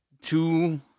two